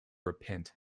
repent